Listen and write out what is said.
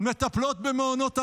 מטפלות במעונות היום,